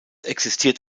existiert